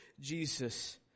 Jesus